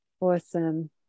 awesome